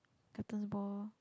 captains ball